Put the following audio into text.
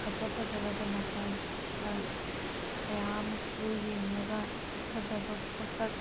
ꯐꯖ ꯐꯖꯔꯕ ꯅꯥꯄꯣꯝ ꯀꯌꯥ ꯑꯃꯁꯨ ꯌꯦꯡꯂꯒ ꯐꯖꯕ ꯄꯣꯠꯁꯛ